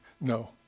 No